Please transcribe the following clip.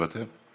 מוותר,